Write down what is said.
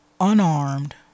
unarmed